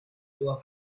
through